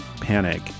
panic